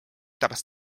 tabas